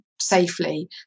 safely